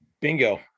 Bingo